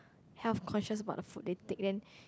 health conscious about the food they take then